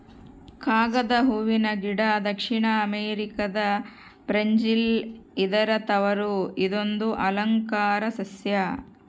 ಕಾಗದ ಹೂವನ ಗಿಡ ದಕ್ಷಿಣ ಅಮೆರಿಕಾದ ಬ್ರೆಜಿಲ್ ಇದರ ತವರು ಇದೊಂದು ಅಲಂಕಾರ ಸಸ್ಯ